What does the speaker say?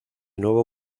nuevo